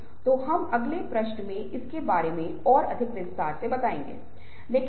चाहे वह आपको ना देखे वह फिर भी आपको पहंचान जायेगा